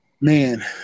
man